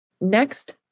Next